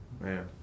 man